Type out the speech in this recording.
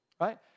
right